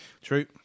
True